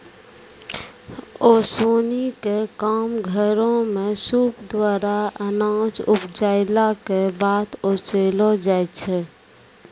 ओसौनी क काम घरो म सूप द्वारा अनाज उपजाइला कॅ बाद ओसैलो जाय छै?